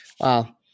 Wow